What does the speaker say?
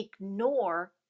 ignore